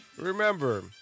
Remember